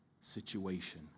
situation